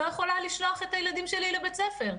לא יכולה לשלוח את הילדים שלי לבית ספר.